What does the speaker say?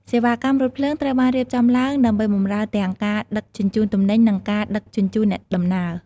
សេវាកម្មរថភ្លើងត្រូវបានរៀបចំឡើងដើម្បីបម្រើទាំងការដឹកជញ្ជូនទំនិញនិងការដឹកជញ្ជូនអ្នកដំណើរ។